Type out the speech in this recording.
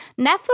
Netflix